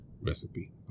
recipe